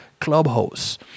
Clubhouse